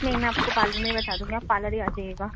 نہیں میں آپ کو پارلر میں ہی بتا دوں گی آپ پارلر ہی آ جائیے گا